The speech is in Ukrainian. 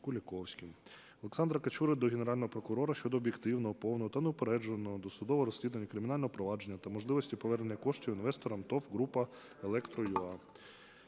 Олександра Качури до Генерального прокурора щодо об'єктивного, повного та неупередженого досудового розслідування кримінального провадження та можливості повернення коштів інвесторам ТОВ "ГРУПА ЕЛЕКТРОЮА".